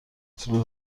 طول